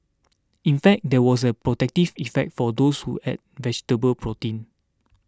in fact there was a protective effect for those who ate vegetable protein